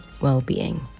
well-being